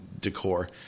decor